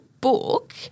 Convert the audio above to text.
book